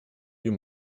you